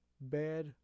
bad